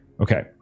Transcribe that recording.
Okay